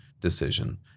decision